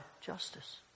justice